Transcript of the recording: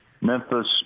Memphis